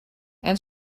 and